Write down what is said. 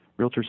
realtors